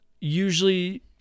usually